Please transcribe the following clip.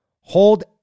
Hold